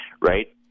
right